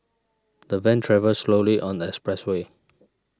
the van travelled slowly on the expressway